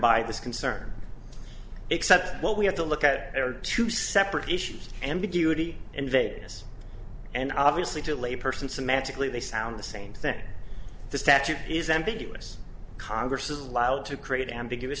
by this concern except what we have to look at there are two separate issues ambiguity in vegas and obviously to lay person semantically they sound the same thing the statute is ambiguous congress is allowed to create ambiguous